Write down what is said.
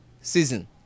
season